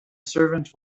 servant